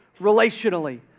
relationally